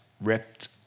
ripped